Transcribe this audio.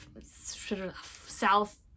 South